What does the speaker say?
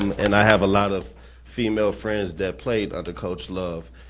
um and i have a lot of female friends that played under coach love,